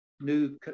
new